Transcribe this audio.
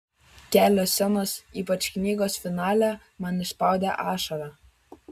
kelios scenos ypač knygos finale man išspaudė ašarą